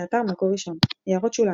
באתר מקור ראשון == הערות שוליים שוליים ==